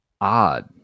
odd